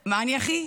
מה אני הכי?